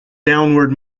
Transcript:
downward